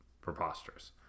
preposterous